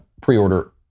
pre-order